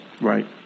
Right